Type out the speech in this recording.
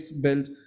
build